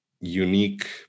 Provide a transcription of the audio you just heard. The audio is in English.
unique